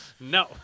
no